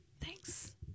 Thanks